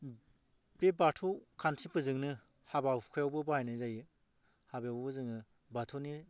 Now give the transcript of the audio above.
बे बाथौ खान्थिफोरजोंनो हाबा हुखायावबो बाहायनाय जायो हाबायावबो जोङो बाथौनि